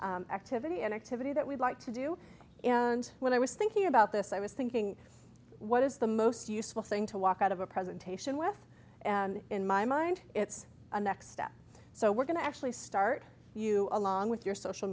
activity an activity that we'd like to do and when i was thinking about this i was thinking what is the most useful thing to walk out of a presentation with and in my mind it's the next step so we're going to actually start you along with your social